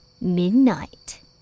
midnight